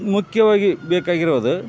ಮುಖ್ಯವಾಗಿ ಬೇಕಾಗಿರೋದು